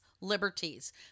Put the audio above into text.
liberties